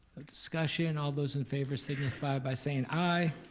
a discussion, all those in favor, signify by saying aye.